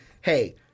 hey